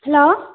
hello